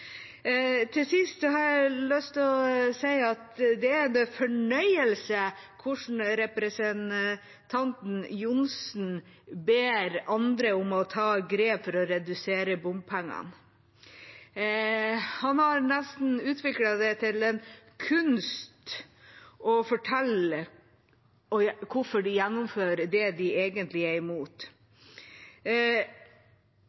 Til sist har jeg lyst til å si at det er en fornøyelse å høre hvordan representanten Johnsen ber andre om å ta grep for å redusere bompengene. Fremskrittsparti-representanten Johnsen har nesten utviklet det til en kunst å fortelle hvorfor de gjennomfører det de egentlig er imot.